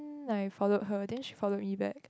um I followed her then she followed me back